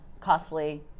costly